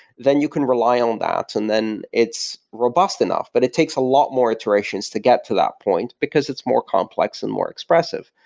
then you can rely on that, and then it's robust enough, but it takes a lot more iterations to get to that point, because it's more complex and more expressive.